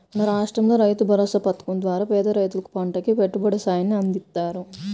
మన రాష్టంలో రైతుభరోసా పథకం ద్వారా పేద రైతులకు పంటకి పెట్టుబడి సాయాన్ని అందిత్తన్నారు